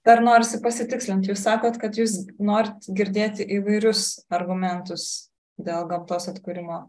dar norisi pasitikslint jūs sakot kad jūs norit girdėti įvairius argumentus dėl gamtos atkūrimo